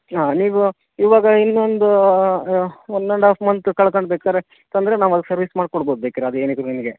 ಹಾಂ ನೀವು ಇವಾಗ ಇನ್ನೊಂದು ಒನ್ ಆ್ಯಂಡ್ ಆಫ್ ಮಂತ್ ಕಳ್ಕಂಡು ಬೇಕಾದ್ರೆ ತಂದರೆ ನಾವು ಅದಕ್ಕೆ ಸರ್ವಿಸ್ ಮಾಡಿ ಕೊಡ್ಬೋದು ಬೇಕಿದ್ರೆ ಅದೇನಿದ್ದರೂ ನಿಮಗೆ